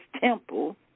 temple